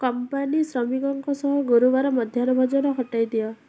company ଶ୍ରମିକଙ୍କ ସହ ଗୁରୁବାର ମଧ୍ୟାହ୍ନ ଭୋଜନ ହଟାଇ ଦିଅ